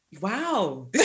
wow